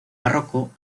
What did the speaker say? barroco